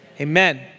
Amen